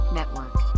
Network